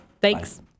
Thanks